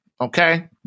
okay